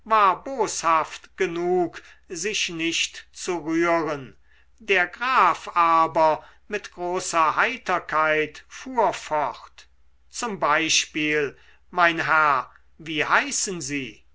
boshaft genug sich nicht zu rühren der graf aber mit großer heiterkeit fuhr fort zum beispiel mein herr wie heißen sie